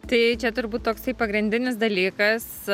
tai čia turbūt toksai pagrindinis dalykas